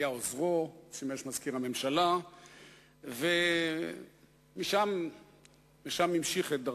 היה עוזרו, שימש מזכיר הממשלה ומשם המשיך את דרכו.